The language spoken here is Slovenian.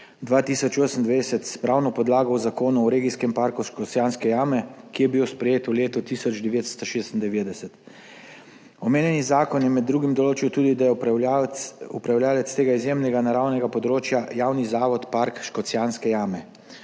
s pravno podlago v Zakonu o regijskem parku Škocjanske jame, ki je bil sprejet v letu 1996. Omenjeni zakon je med drugim določil tudi, da je upravljavec tega izjemnega naravnega področja Javni zavod Park Škocjanske jame.